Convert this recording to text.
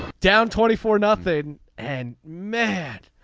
down twenty for nothing and mad.